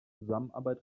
zusammenarbeit